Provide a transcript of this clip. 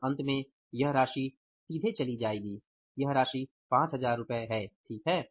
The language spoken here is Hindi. और अंत में यह राशि सीधे चली जाएगी यह राशि 5000 रु है ठीक है